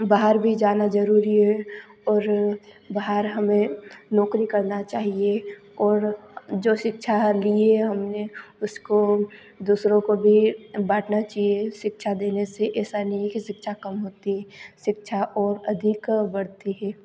बाहर भी जाना जरूरी है और बाहर हमें नौकरी करना चाहिए और जो शिक्षा है लिये है हमने उसको दूसरों को भी बाँटना चाहिए शिक्षा देने से ऐसा नहीं है कि शिक्षा कम होती है शिक्षा और अधिक बढ़ती है